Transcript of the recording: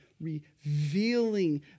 Revealing